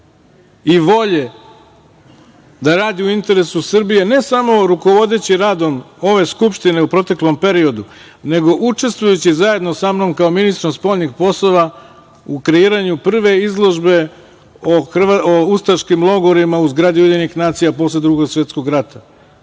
i volje da radi u interesu Srbije ne samo rukovodeći radom ove Skupštine u proteklom periodu, nego učestvujući zajedno sa mnom kao ministrom spoljnih poslova u kreiranju prve izložbe o ustaškim logorima u zgradi UN posle Drugog svetskog rata.